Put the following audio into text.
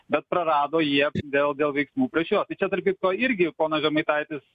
bet prarado jie dėl dėl veiksmų prieš juos tai čia tarp kitko irgi ponas žemaitaitis